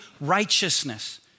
righteousness